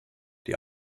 die